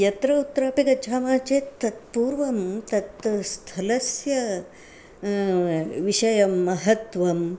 यत्र उत्रापि गच्छामः चेत् तत् पूर्वं तत् स्थलस्य विषये महत्वम्